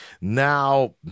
Now